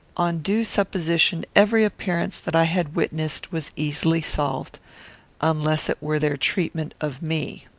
on due supposition every appearance that i had witnessed was easily solved unless it were their treatment of me.